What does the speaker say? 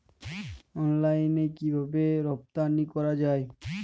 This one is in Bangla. অনলাইনে কিভাবে রপ্তানি করা যায়?